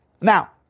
Now